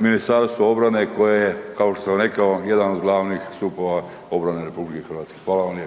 MORH koje, kao što sam rekao, jedan od glavnih stupova obrane RH. Hvala vam